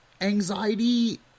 anxiety